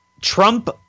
Trump